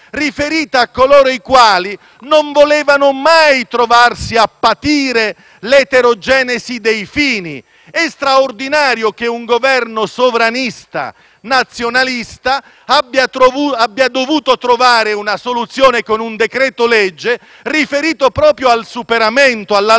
l'eterogenesi dei fini. È straordinario che un Governo sovranista, nazionalista abbia dovuto trovare una soluzione con un decreto-legge riferito proprio al superamento, all'allontanamento, all'uscita dall'Europa. Nei fatti, oggi abbiamo